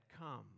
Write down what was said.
come